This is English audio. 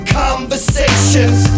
conversations